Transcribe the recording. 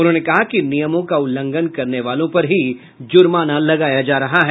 उन्होंने कहा कि नियमों का उल्लंघन करने वालों पर ही जुर्माना लगाया जा रहा है